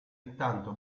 intanto